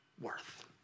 worth